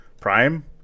Prime